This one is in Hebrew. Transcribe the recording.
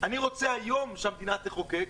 אני רוצה היום שהמדינה תחוקק